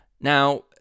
Now